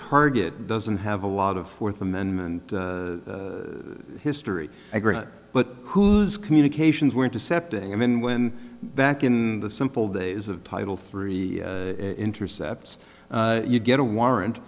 target doesn't have a lot of fourth amendment history but whose communications were intercepted and then when back in the simple days of title three intercepts you get a warrant